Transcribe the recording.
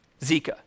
Zika